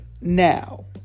now